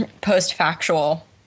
post-factual